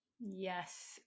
Yes